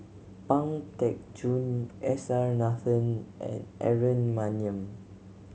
Pang Teck Joon S R Nathan and Aaron Maniam